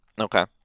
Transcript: Okay